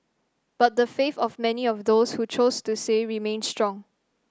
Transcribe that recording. but the faith of many of those who chose to say remains strong